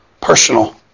Personal